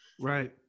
Right